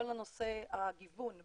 כל נושא הגיוון בהייטק,